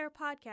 podcast